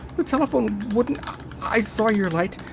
the telephone wouldn't i saw your light!